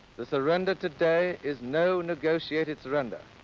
the surrender today is no negotiated surrender.